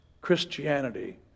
Christianity